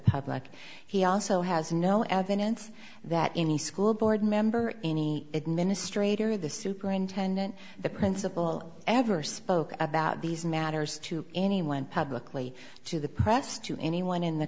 public he also has no evidence that any school board member or any administrator of the superintendent the principal ever spoke about these matters to anyone publicly to the press to anyone in the